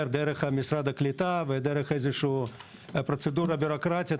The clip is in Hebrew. דרך משרד הקליטה והעלייה ודרך עוד פרוצדורה בירוקרטית,